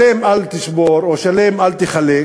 שלם אל תשבור, או שלם אל תחלק,